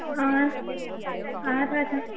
हां हां राधु